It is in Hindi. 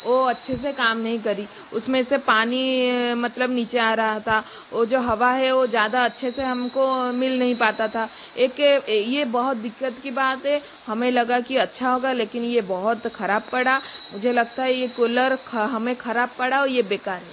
वो अच्छे से काम नही करी उसमें से पानी मतलब नीचे आ रहा था वो जो हवा है वो ज़्यादा अच्छे से हमको मिल नही पाता था एक ये बहुत दिक्कत की बात है हमें लगा कि अच्छा होगा लेकिन ये बहुत खराब पड़ा मुझे लगता है ये कूलर हमें खराब पड़ा और ये बेकार है